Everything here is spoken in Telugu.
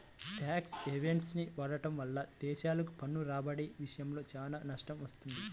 ట్యాక్స్ హెవెన్ని వాడటం వల్ల దేశాలకు పన్ను రాబడి విషయంలో చాలా నష్టం వస్తుంది